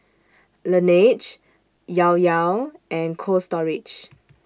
Laneige Llao Llao and Cold Storage